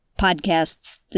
podcasts